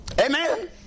Amen